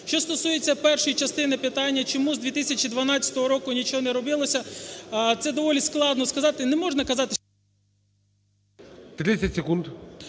Що стосується першої частини питання чому з 2012 року нічого не робилося. Це доволі складно сказати, не можна казати… ГОЛОВУЮЧИЙ. 30 секунд.